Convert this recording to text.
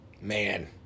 Man